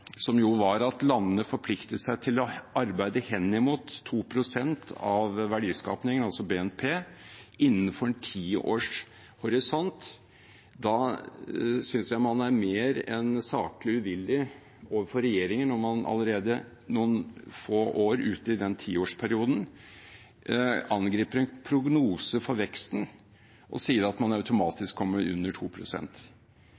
som jo var at landene forpliktet seg til å arbeide henimot 2 pst. av verdiskapningen, altså BNP, innenfor en tiårs horisont, så synes jeg man er mer enn saklig uvillig overfor regjeringen når man allerede noen få år ut i den tiårsperioden angriper en prognose for veksten og sier at man